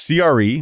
CRE